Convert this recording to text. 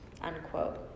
unquote